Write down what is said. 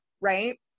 right